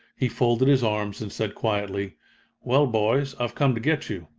he folded his arms and said quietly well, boys, i've come to get you.